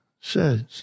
says